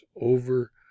over